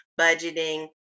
budgeting